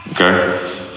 Okay